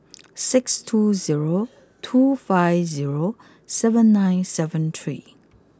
six two zero two five zero seven nine seven three